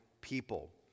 people